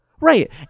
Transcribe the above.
right